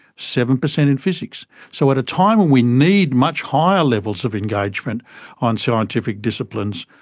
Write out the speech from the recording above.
seven percent in physics. so at a time when we need much higher levels of engagement on scientific disciplines,